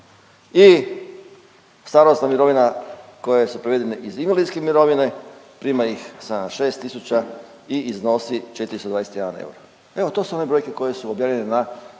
i starosna mirovina koje su prevedene iz invalidske mirovine prima ih 76 tisuća i iznosi 421 euro. Evo to su one brojke koje su objavljene na